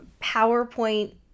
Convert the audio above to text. PowerPoint